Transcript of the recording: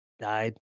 died